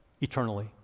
eternally